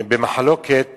במחלוקת